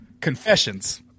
Confessions